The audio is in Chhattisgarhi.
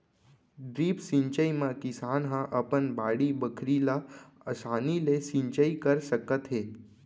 ड्रिप सिंचई म किसान ह अपन बाड़ी बखरी ल असानी ले सिंचई कर सकत हे